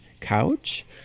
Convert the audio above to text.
couch